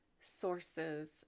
sources